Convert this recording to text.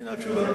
הנה התשובה.